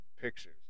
pictures